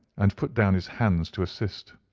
and put down his hands to assist.